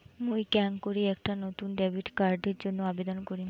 মুই কেঙকরি একটা নতুন ডেবিট কার্ডের জন্য আবেদন করিম?